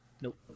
nope